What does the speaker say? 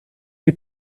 you